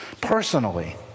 personally